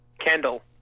Kendall